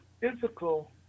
physical